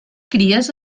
cries